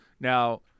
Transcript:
Now